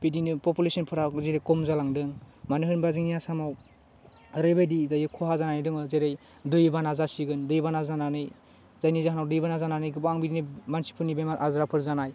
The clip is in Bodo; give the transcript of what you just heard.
बिदिनो पपुलेशनफ्रा जेरै खम जालामदों मानो होनबा जोंनि आसामाव ओरैबायदि दायो खहा जानानै दङ जेरै दै बाना जासिगोन दै बाना जानानै जायनि जाहोनाव दै बाना जानानै गोबां बिदिनो मानसिफोरनि बेमार आजारफोर जानाय